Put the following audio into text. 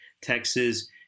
Texas